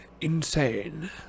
insane